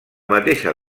mateixa